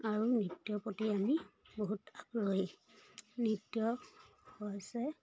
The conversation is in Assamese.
আৰু নৃত্য প্ৰতি আমি বহুত আগ্ৰহী নৃত্য হৈছে